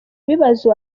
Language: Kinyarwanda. ibibazo